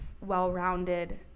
well-rounded